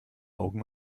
augen